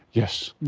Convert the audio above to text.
yes.